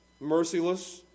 merciless